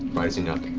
rising up.